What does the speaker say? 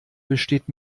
besteht